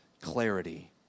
clarity